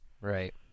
Right